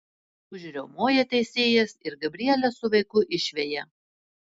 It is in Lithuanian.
užriaumoja teisėjas ir gabrielę su vaiku išveja